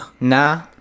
Nah